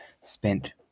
spent